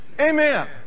Amen